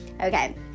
okay